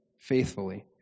faithfully